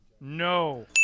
no